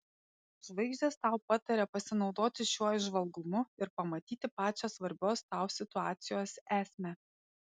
žvaigždės tau pataria pasinaudoti šiuo įžvalgumu ir pamatyti pačią svarbios tau situacijos esmę